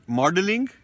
modeling